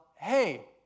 Hey